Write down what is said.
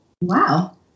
wow